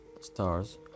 stars